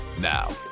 now